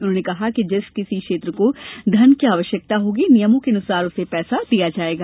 उन्होंने कहा कि जिस किसी क्षेत्र को धन की आवश्यकता होगी नियमों के अनुसार उसे पैसा दिया जायेगा